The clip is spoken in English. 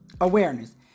awareness